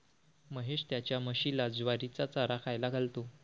महेश त्याच्या म्हशीला ज्वारीचा चारा खायला घालतो